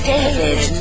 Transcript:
David